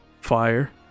fire